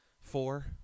four